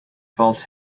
falls